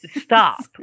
stop